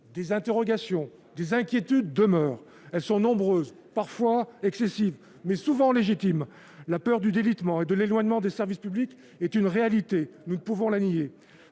des interrogations, des inquiétudes demeurent. Elles sont nombreuses, parfois excessives, mais souvent légitimes. La peur du délitement et de l'éloignement des services publics est une réalité : nous ne pouvons la nier.